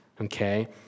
Okay